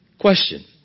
Question